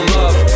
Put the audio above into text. love